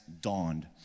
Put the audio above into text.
dawned